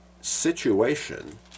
situation